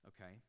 Okay